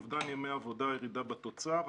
אובדן ימי עבודה וירידה בתוצר.